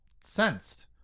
sensed